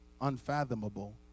unfathomable